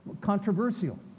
controversial